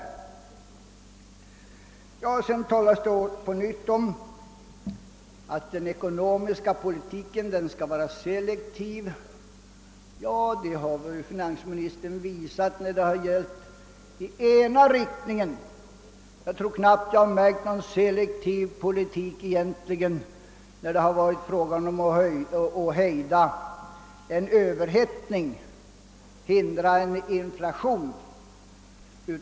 Vidare har det här på nytt sagts att den ekonomiska politiken skall vara selektiv, och finansministern har väl också visat att den har varit det i ena riktningen. Men jag tror inte att det har förts någon i egentlig mening selektiv politik när det gällt att hejda överhettningen och inflationen.